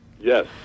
yes